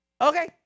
okay